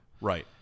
Right